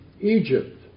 Egypt